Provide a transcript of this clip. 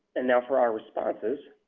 and now for our responses.